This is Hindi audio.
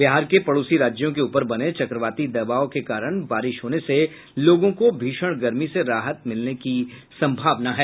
बिहार के पड़ोसी राज्यों के ऊपर बने चक्रवाती दवाब के कारण बारिश होने से लोगों को भीषण गर्मी से राहत मिलने की सम्भावना है